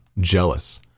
jealous